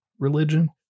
Religion